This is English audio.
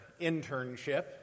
internship